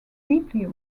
deeply